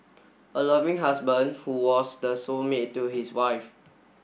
a loving husband who was the soul mate to his wife